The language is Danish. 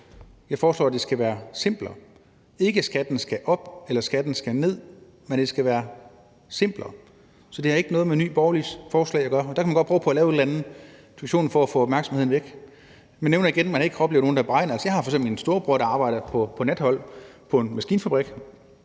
Jeg foreslår, at det skal være simplere – ikke at skatten skal op eller skatten skal ned, men at det skal være simplere. Så det har ikke noget med Nye Borgerliges forslag at gøre. Man prøver at lave en eller anden diskussion for at få opmærksomheden væk. Nu nævner jeg igen, at man ikke oplever nogen, der kan beregne det. Jeg har f.eks. en storebror, der arbejder på nathold på en maskinfabrik.